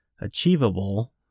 Achievable